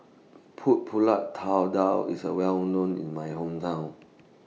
Pulut Tatal IS A Well known in My Hometown